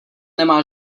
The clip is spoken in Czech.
nemá